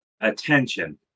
attention